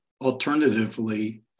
Alternatively